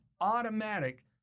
automatic